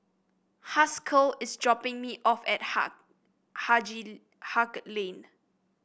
Haskell is dropping me off at Ha Haig Lane